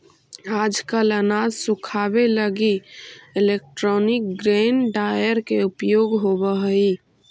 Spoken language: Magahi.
आजकल अनाज सुखावे लगी इलैक्ट्रोनिक ग्रेन ड्रॉयर के उपयोग होवऽ हई